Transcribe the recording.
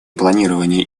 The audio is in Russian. планировании